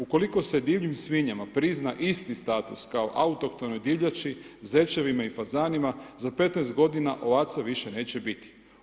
Ukoliko se divljim svinjama prizna isti status kao autohtonoj divljači, zečevima i fazanima, za 15 godina ovaca više neće biti.